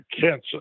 cancer